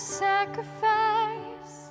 sacrifice